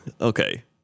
okay